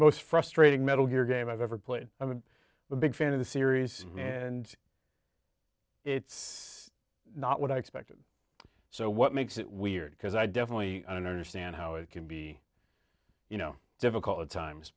most frustrating metal gear game i've ever played i'm a big fan of the series and it's not what i expected so what makes it weird because i definitely don't understand how it can be you know difficult at times